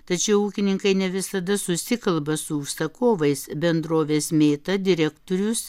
tačiau ūkininkai ne visada susikalba su užsakovais bendrovės mėta direktorius